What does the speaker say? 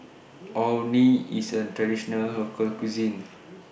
Orh Nee IS A Traditional Local Cuisine